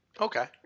Okay